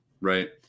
right